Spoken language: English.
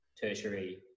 tertiary